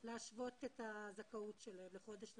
להשוות את הזכאות שלהם לחודש נוסף.